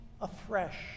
afresh